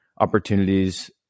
opportunities